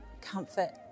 comfort